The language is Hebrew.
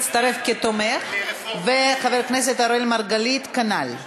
טרומית ועוברת לוועדת הכנסת לקביעת